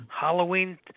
Halloween